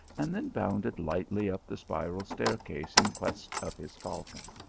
and then bounded lightly up the spiral staircase in quest of his falcon.